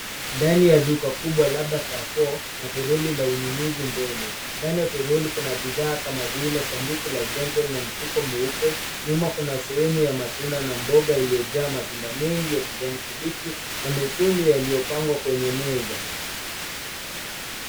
Ndani ya duka kubwa labda Carrefour na troli la ununuzi mbele. Ndani ya troli kuna bidhaa kama vile sanduku la Gentle na mfuko mweupe. Nyuma kuna sehemu ya matunda na mboga iliyojaa matunda mengi na kijani kibichi na mekundu yaliyopangwa kwenye meza.